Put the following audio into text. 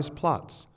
plots